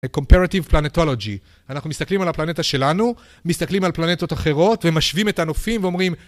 קומפרטיב פלנטולוגי, אנחנו מסתכלים על הפלנטה שלנו, מסתכלים על פלנטות אחרות, ומשווים את הנופים ואומרים